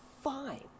fine